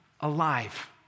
alive